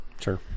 Sure